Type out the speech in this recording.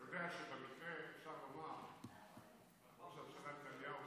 אתה יודע שבמקרה אפשר לומר שראש הממשלה נתניהו,